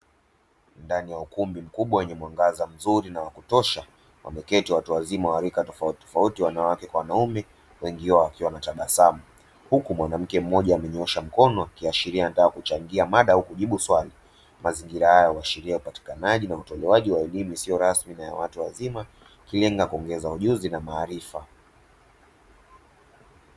Ndani ya ukumbi mkubwa wenye mwangaza mzuri na wa kutosha, wameketi watu wazima wa rika tofauti tofauti, wanawake kwa wanaume, wengi wao wakiwa wanatabasamu. Huku mwanamke mmoja amenyoosha mkono kuashiria anataka kuchangia mada au kujibu swali. Mazingira haya huashiria upatikanaji na utoaji wa elimu isiyo rasmi na ya watu wazima. Ililenga kuongeza ujuzi na maarifa.